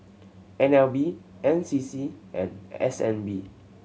N L B N C C and S N B